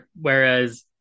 whereas